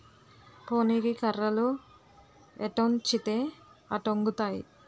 పోనీకి కర్రలు ఎటొంచితే అటొంగుతాయి